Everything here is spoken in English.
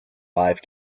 live